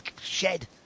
shed